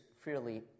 freely